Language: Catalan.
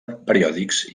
periòdics